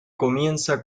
comienza